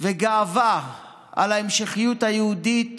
וגאווה על ההמשכיות היהודית